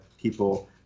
people